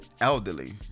elderly